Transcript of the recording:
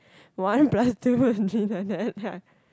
one plus two